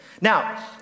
Now